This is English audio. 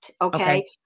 Okay